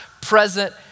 present